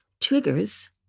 triggers